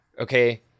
okay